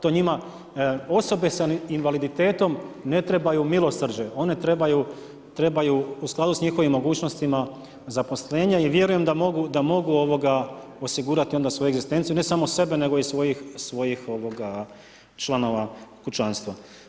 To njima, osobe sa invaliditetom ne trebaju milosrđe, one trebaju u skladu sa njihovim mogućnostima zaposlenje i vjerujem da mogu osigurati onda svoju egzistenciju, ne samo sebe nego i svojih članova kućanstva.